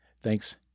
thanks